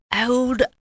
old